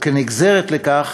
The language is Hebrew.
וכנגזרת מכך,